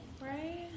Right